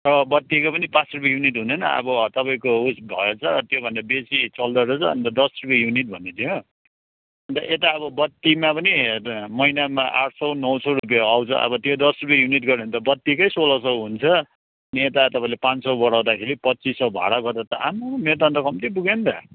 र बत्तीको पनि पाँच रुप्पे युनिट हुँदैन अब हो तपाँईको उयो भएछ त्यो भन्दा बेसी चल्दो रहेछ अन्त दस रुप्पे युनिट भन्दै थियो हो अन्त यता अब बत्तीमा पनि हेर्नु महिनामा आठ सय नौ सय रुप्पे आउँछ अब त्यो दस रुप्पे युनिट गऱ्यो भने त बत्तीको सोह्र सय हुन्छ अनि यता तपाईँ पाँच सय बढाउँदाखेरि पच्चिस सय भाडा गर्दा त आम्माम् मेरो त कम्ती पुगेन त